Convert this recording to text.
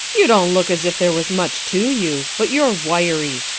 you don't look as if there was much to you. but you're wiry.